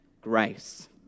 grace